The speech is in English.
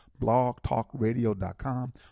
blogtalkradio.com